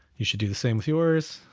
you should do the same with yours,